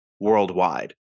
worldwide